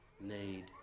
need